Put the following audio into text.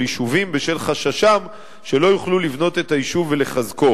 יישובים בשל חששם שלא יוכלו לבנות את היישוב ולחזקו.